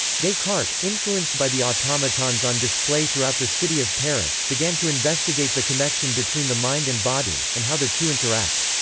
descartes, influenced by the automatons on display throughout the city of paris, began to investigate the connection between the mind and body, and how the two interact.